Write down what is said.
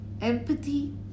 empathy